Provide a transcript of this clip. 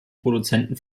produzenten